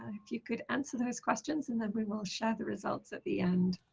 ah if you could answer those questions and then we will share the results at the end